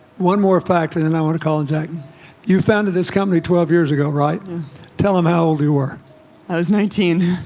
one more factor than i want to call in jack you founded this company twelve years ago right tell them how old we were i was nineteen